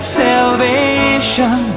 salvation